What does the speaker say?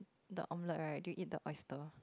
the omelette right do you eat the oyster